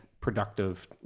productive